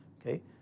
Okay